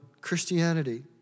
Christianity